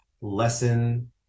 lesson